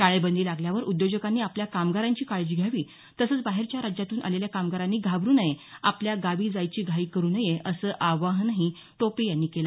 टाळेबंदी लागल्यावर उद्योजकांनी आपल्या कामगारांची काळजी घ्यावी तसंच बाहेरच्या राज्यातून आलेल्या कामगारांनी घाबरू नये तसंच आपल्या गावी जायची घाई करू नये असं आवाहनही टोपे यांनी केलं